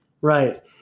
Right